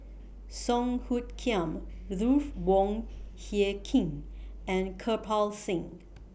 Song Hoot Kiam Ruth Wong Hie King and Kirpal Singh